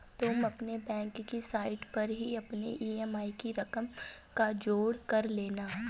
तुम अपने बैंक की साइट पर ही अपने ई.एम.आई की रकम का जोड़ कर लेना